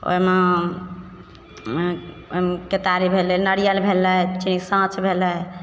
ओइमे मने ओइमे केतारी भेलय नारियल भेलय चीनी साँस भेलय